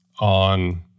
on